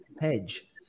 hedge